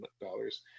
dollars